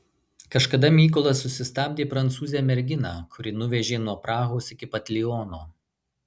kažkada mykolas susistabdė prancūzę merginą kuri nuvežė nuo prahos iki pat liono